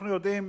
אנחנו יודעים